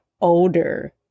older